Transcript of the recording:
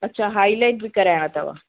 अच्छा हाईलाइट बि कराइणा अथव